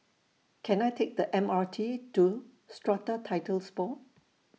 Can I Take The M R T to Strata Titles Board